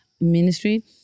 ministry